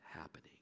happening